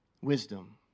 wisdom